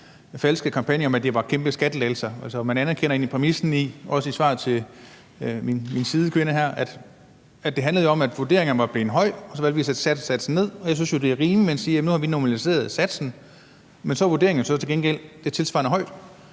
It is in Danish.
falske kampagne med, at det var kæmpe skattelettelser. Man anerkender egentlig præmissen om, også i svaret til min sidekvinde her, at det jo handlede om, at vurderingerne var blevet høje og vi så valgte at sætte satsen ned. Jeg synes jo, det er rimeligt, at man siger, at nu har man normaliseret satsen, men så er vurderingen til gengæld blevet tilsvarende høj.